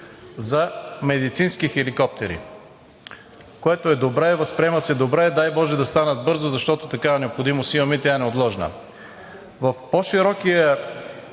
за медицински хеликоптери, което е добре, възприема се добре, дай боже, да станат бързо, защото такава необходимост имаме и тя е неотложна. В по-широкия